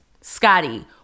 Scotty